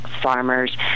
farmers